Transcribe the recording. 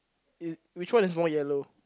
it which one is more yellow